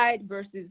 Versus